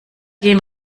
gehen